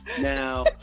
Now